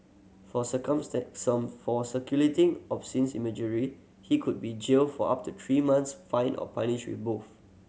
for for circulating obscene imagery he could be jailed for up to three months fined or punished with both